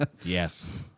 Yes